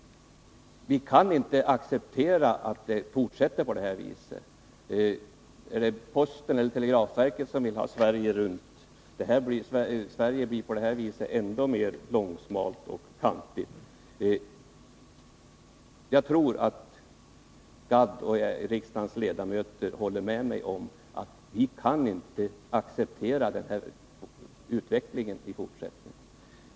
Vi kan inte acceptera att det fortsätter på detta vis. Är det posten eller telegrafverket som vill göra Sverige runt? Men Sverige blir på detta sätt ännu mer långsmalt och kantigt. Jag tror att Arne Gadd och riksdagens övriga ledamöter håller med mig om att vi inte kan acceptera att den här utvecklingen fortsätter.